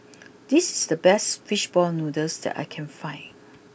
this is the best Fish Ball Noodles that I can find